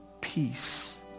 peace